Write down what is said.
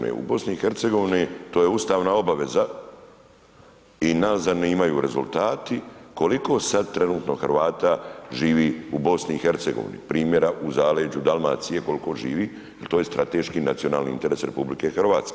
U BiH to je ustavna obaveza i nas zanimaju rezultati, koliko sad trenutno Hrvata živi u BiH primjera u zaleđu Dalmacije koliko živi jer to je strateški nacionalni interes RH.